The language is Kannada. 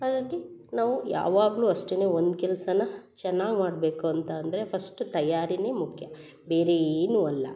ಹಾಗಾಗಿ ನಾವು ಯಾವಾಗಲೂ ಅಷ್ಟೆ ಒಂದು ಕೆಲಸನ ಚೆನ್ನಾಗಿ ಮಾಡಬೇಕು ಅಂತ ಅಂದರೆ ಫಸ್ಟ್ ತಯಾರಿನೇ ಮುಖ್ಯ ಬೇರೆ ಏನು ಅಲ್ಲ